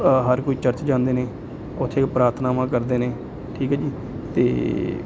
ਹਰ ਕੋਈ ਚਰਚ ਜਾਂਦੇ ਨੇ ਉੱਥੇ ਪ੍ਰਾਰਥਨਾਵਾਂ ਕਰਦੇ ਨੇ ਠੀਕ ਹੈ ਜੀ ਅਤੇ